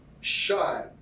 shine